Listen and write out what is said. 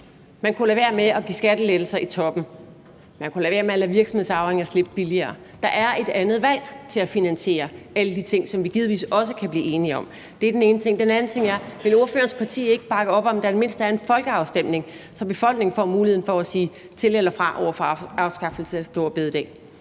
Man kunne lade være med at give skattelettelser i toppen. Man kunne lade være med at lade virksomhedsarvinger slippe billigere. Der er et andet valg til at finansiere alle de ting, som vi givetvis også kan blive enige om. Det er den ene ting. Den anden ting er: Vil ordførerens parti ikke bakke op om, at der i det mindste er en folkeafstemning, så befolkningen får muligheden for at sige til eller fra over for afskaffelse af store bededag?